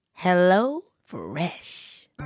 HelloFresh